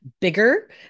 bigger